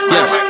Yes